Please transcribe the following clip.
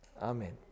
amen